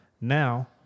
Now